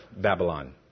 Babylon